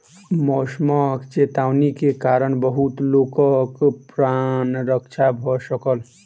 मौसमक चेतावनी के कारण बहुत लोकक प्राण रक्षा भ सकल